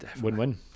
win-win